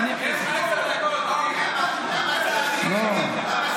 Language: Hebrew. אתה מחייך וההורים מצפים לאמירה חמה, אין לך מה